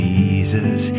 Jesus